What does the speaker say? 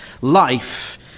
life